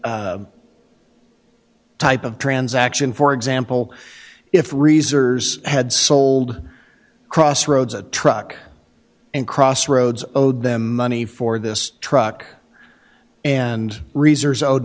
type of transaction for example if reserves had sold crossroads a truck and crossroads owed them money for this truck and reserves owed